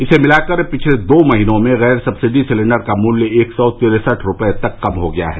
इसे मिलाकर पिछले दो महीनों में गैर सक्सिडी सिलेंडर का मूल्य एक सौ तिरसठ रुपए तक कम हो गया है